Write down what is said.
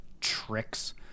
tricks